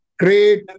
great